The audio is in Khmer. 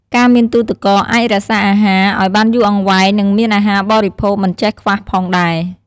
ការមានទូទឹកកកអាចរក្សាអាហារឲ្យបានយូរអង្វែង និងមានអាហារបរិភោគមិនចេះខ្វះផងដែរ។